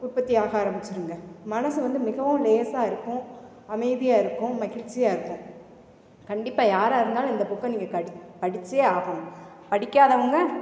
உற்பத்தி ஆக ஆரம்பித்துருங்க மனது வந்து மிகவும் லேசாக இருக்கும் அமைதியாக இருக்கும் மகிழ்ச்சியாக இருக்கும் கண்டிப்பாக யாராக இருந்தாலும் இந்த புக்கை நீங்கள் கடி படித்தே ஆகணும் படிக்காதவங்க